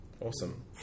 Awesome